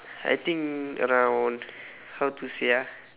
I think around how to say ah